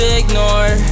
ignore